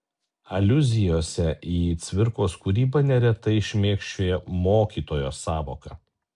aliuzijose į cvirkos kūrybą neretai šmėkščioja mokytojo sąvoka